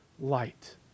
light